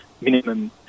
minimum